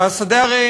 השדה הרי